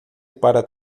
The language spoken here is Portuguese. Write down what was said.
para